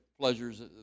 pleasures